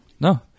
No